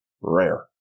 rare